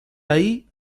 ahí